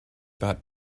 that